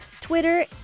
Twitter